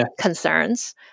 concerns